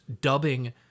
dubbing